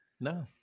No